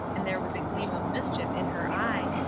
and there was a gleam of mischief in her eye,